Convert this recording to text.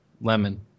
lemon